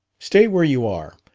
stay where you are.